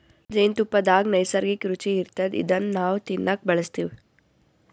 ಜೇನ್ತುಪ್ಪದಾಗ್ ನೈಸರ್ಗಿಕ್ಕ್ ರುಚಿ ಇರ್ತದ್ ಇದನ್ನ್ ನಾವ್ ತಿನ್ನಕ್ ಬಳಸ್ತಿವ್